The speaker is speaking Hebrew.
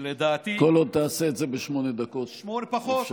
שלדעתי, כל עוד תעשה את זה בשמונה דקות, אפשר.